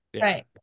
Right